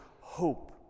hope